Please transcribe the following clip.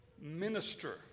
minister